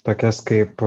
tokias kaip